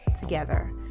together